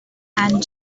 and